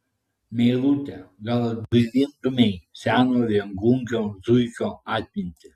meilute gal atgaivintumei seno viengungio zuikio atmintį